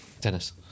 Dennis